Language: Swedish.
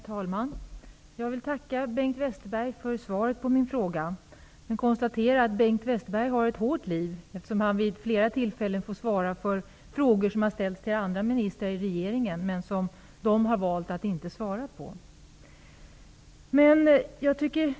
Herr talman! Jag vill tacka Bengt Westerberg för svaret på min fråga. Jag kan konstatera att Bengt Westerberg har ett hårt liv. Han har vid flera tillfällen fått svara på frågor som ställts till andra ministrar i regeringen som de har valt att inte svara på.